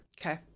Okay